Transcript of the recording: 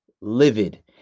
livid